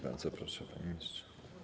Bardzo proszę, panie ministrze.